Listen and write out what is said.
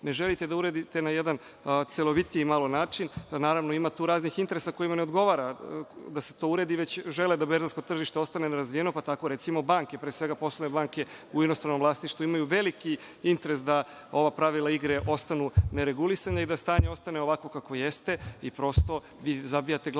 ne želite da uradite na jedan celovitiji malo način, a naravno ima tu raznih interesa kojima ne odgovora da se to uradi, već žele da berzansko tržište ostane nerazvijeno, pa tako recimo banke, pre svega poslovne banke u inostranom vlasništvu, imaju veliki interes da ova pravila igre ostanu neregulisana i da stanje ostane ovako kako jeste, i prosto vi zabijate glavu